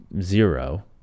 zero